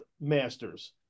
masters